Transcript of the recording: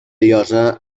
llosa